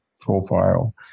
profile